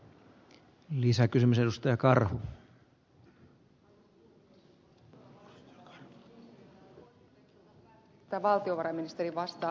on valitettavaa että ministereitä on poissa mutta toivottavasti valtiovarainministeri vastaa seuraavaan kysymykseen